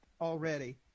already